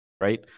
right